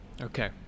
Okay